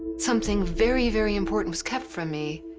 something very, very important was kept from me.